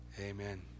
Amen